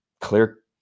clear